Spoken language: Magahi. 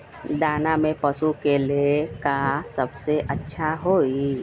दाना में पशु के ले का सबसे अच्छा होई?